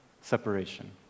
separation